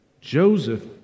Joseph